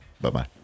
Bye-bye